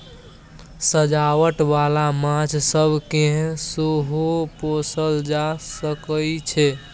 सजावट बाला माछ सब केँ सेहो पोसल जा सकइ छै